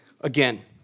Again